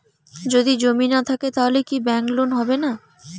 যদি জমি না থাকে তাহলে কি ব্যাংক লোন হবে না?